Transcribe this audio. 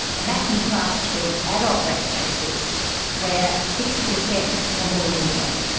and that contrasts with adult rape cases where sixty percent were more lenient.